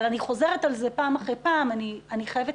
אבל אני חוזרת על זה פעם אחר פעם: אני חייבת